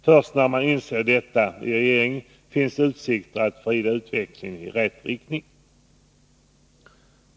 Först när man inser detta i regeringen finns utsikter att driva utvecklingen i rätt riktning.